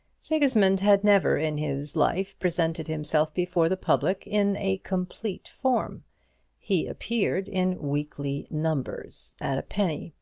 sigismund had never in his life presented himself before the public in a complete form he appeared in weekly numbers at a penny,